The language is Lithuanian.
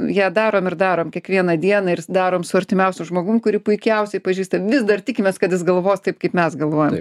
ją darom ir darom kiekvieną dieną ir darom su artimiausiu žmogum kurį puikiausiai pažįstam vis dar tikimės kad jis galvos taip kaip mes galvojam